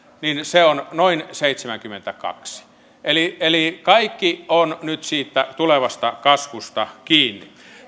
niin se on noin seitsemänkymmentäkaksi eli eli kaikki on nyt siitä tulevasta kasvusta kiinni